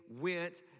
went